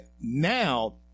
now